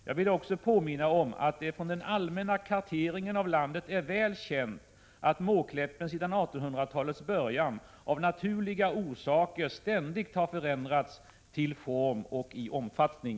Jag vill också påminna om att det från den allmänna karteringen av landet är väl känt att Måkläppen sedan 1800-talets början av naturliga orsaker ständigt har förändrats till form och i omfattning.